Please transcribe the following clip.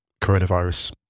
coronavirus